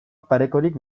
parekorik